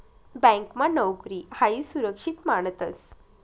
ब्यांकमा नोकरी हायी सुरक्षित मानतंस